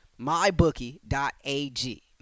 mybookie.ag